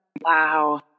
Wow